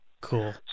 Cool